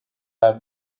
lab